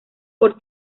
por